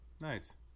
Nice